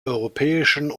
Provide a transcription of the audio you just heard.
europäischen